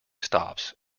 stops